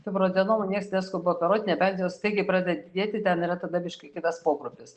fibroadenomų nieks neskuba operuot nebent jos staigiai pradeda didėti ten yra tada biškį kitas pogrupis